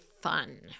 fun